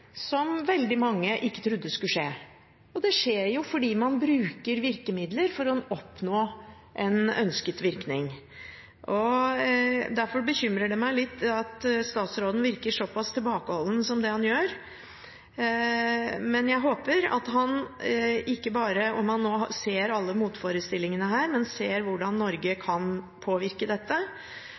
som veldig mange ikke trodde skulle skje, og det skjer jo fordi man bruker virkemidler for å oppnå en ønsket virkning. Derfor bekymrer det meg litt at statsråden virker såpass tilbakeholden som det han gjør, men jeg håper at han ikke bare ser alle motforestillingene her, men også ser hvordan Norge kan påvirke dette